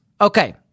Okay